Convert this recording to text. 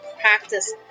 practice